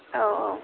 औ औ